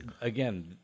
Again